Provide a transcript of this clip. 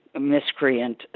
miscreant